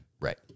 Right